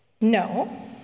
No